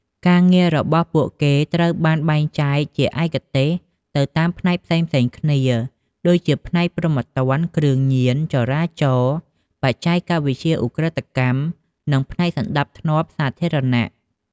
ការងាររបស់ពួកគេត្រូវបាន បែងចែកជាឯកទេស ទៅតាមផ្នែកផ្សេងៗគ្នា ដូចជាផ្នែកព្រហ្មទណ្ឌ គ្រឿងញៀន ចរាចរណ៍ បច្ចេកវិទ្យាឧក្រិដ្ឋកម្ម និងផ្នែកសណ្តាប់ធ្នាប់សាធារណៈ។